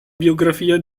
biografia